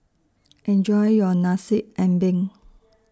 Enjoy your Nasi Ambeng